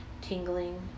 tingling